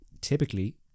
typically